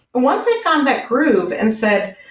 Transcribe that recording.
once i found that groove and said,